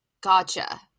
Gotcha